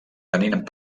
tenint